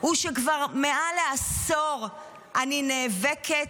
הוא שכבר מעל לעשור אני נאבקת,